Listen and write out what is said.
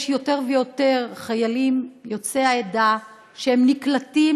יש יותר ויותר חיילים יוצאי העדה שנקלטים.